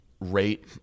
rate